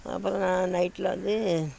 அப்புறோம் ந நைட்டில் வந்து